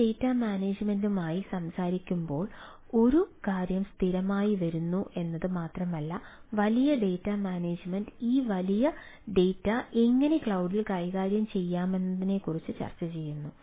ഈ ഡാറ്റാ മാനേജുമെന്റുമായി സംസാരിക്കുമ്പോൾ ഒരു കാര്യം സ്ഥിരമായി വരുന്നു എന്നത് മാത്രമല്ല വലിയ ഡാറ്റാ മാനേജുമെന്റ് ഈ വലിയ ഡാറ്റ എങ്ങനെ ക്ലൌഡിൽ കൈകാര്യം ചെയ്യാമെന്നതാണ്